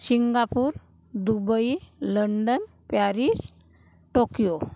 Singapore Dubai London Paris Tokyo